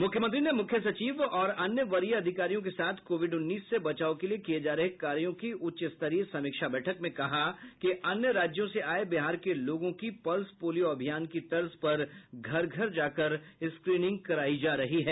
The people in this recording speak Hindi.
मुख्यमंत्री ने मुख्य सचिव और अन्य वरीय अधिकारियों के साथ कोविड उन्नीस से बचाव के लिये किये जा रहे कार्यो की उच्चस्तरीय समीक्षा बैठक में कहा कि अन्य राज्यों से आये बिहार के लोगों की पल्स पोलियो अभियान की तर्ज पर घर घर जाकर स्क्रीनिंग करायी जा रही है